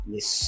Yes